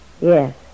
Yes